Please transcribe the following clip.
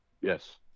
Yes